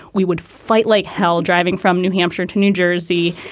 we would fight like hell driving from new hampshire to new jersey.